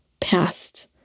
past